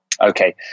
Okay